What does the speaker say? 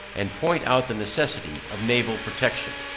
and point out the necessity of naval protection.